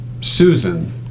Susan